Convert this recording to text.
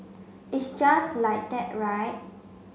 it's just like that right